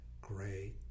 gray